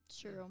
True